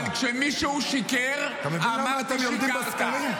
אבל כשמישהו שיקר, אמרתי: שיקרת.